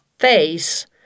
Face